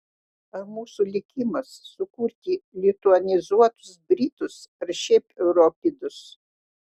ar mūsų likimas sukurti lituanizuotus britus ar šiaip europidus